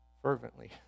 fervently